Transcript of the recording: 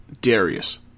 Darius